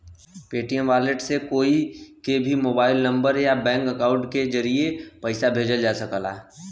Paytm wallet से कोई के भी मोबाइल नंबर या बैंक अकाउंट के जरिए पइसा भेजल जा सकला